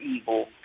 evil